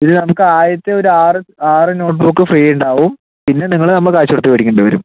ഇല്ല നമുക്ക് ആദ്യത്തെ ഒരാറ് ആറ് നോട്ട് ബുക്ക് ഫ്രീ ഉണ്ടാവും പിന്നെ നിങ്ങൾ കാശ് കൊടുത്ത് മേടിക്കേണ്ടി വരും